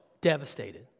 devastated